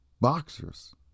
boxers